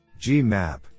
GMAP